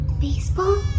Baseball